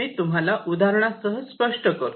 मी तुम्हाला उदाहरणासह स्पष्ट करतो